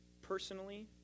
Personally